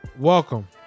Welcome